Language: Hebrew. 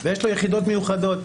ויש לו יחידות מיוחדות.